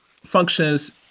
functions